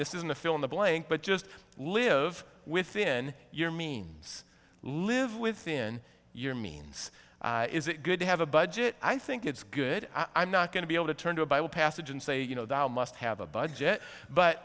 this isn't a fill in the blank but just live within your means live within your means is it good to have a budget i think it's good i'm not going to be able to turn to a bible passage and say you know that i must have a budget